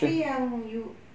tapi yang you